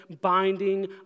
binding